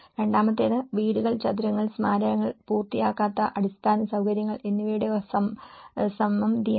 രണ്ടാമത്തേത് വീടുകൾ ചതുരങ്ങൾ സ്മാരകങ്ങൾ പൂർത്തിയാകാത്ത അടിസ്ഥാന സൌകര്യങ്ങൾ എന്നിവയുടെ സമമിതിയാണ്